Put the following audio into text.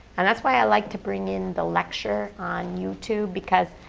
and that's why i like to bring in the lecture on youtube because,